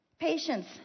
Patience